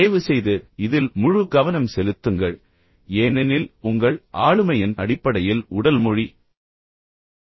தயவுசெய்து இதில் முழு கவனம் செலுத்துங்கள் ஏனெனில் உங்கள் ஆளுமையின் அடிப்படையில் உடல் மொழி வெளிப்படும்